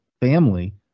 family